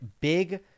big